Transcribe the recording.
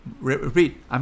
Repeat